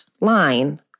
line